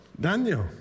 Daniel